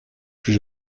plus